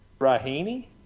Rahini